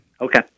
Okay